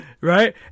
right